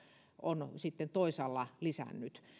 on toisaalla lisännyt